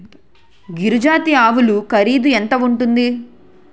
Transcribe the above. గిరి జాతి ఆవులు ఖరీదు ఎంత ఉంటుంది?